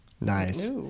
Nice